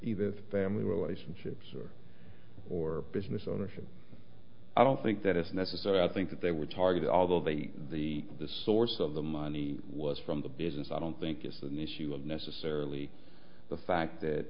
the family royston ships or or business ownership i don't think that is necessary i think that they were targeted although they the the source of the money was from the business i don't think it's an issue of necessarily the fact that